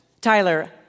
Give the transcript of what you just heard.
Tyler